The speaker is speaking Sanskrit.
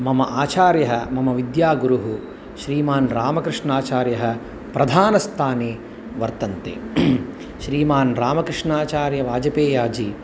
मम आचार्यः मम विद्यागुरुः श्रीमान् रामकृष्णाचार्यः प्रधानस्थाने वर्तन्ते श्रीमान् रामकृष्णाचार्यवाजपेयाजि